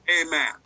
Amen